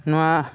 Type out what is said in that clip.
ᱱᱚᱣᱟ